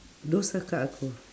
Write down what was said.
dosakah aku